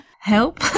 help